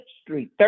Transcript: Street